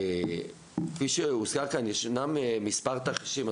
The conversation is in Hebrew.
כפי שהוצג כאן, יש מספר תרחישים.